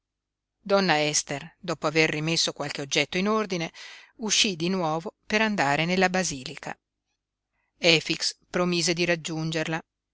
donna ester dopo aver rimesso qualche oggetto in ordine uscí di nuovo per andare nella basilica efix promise di raggiungerla